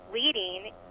leading